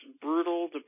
brutal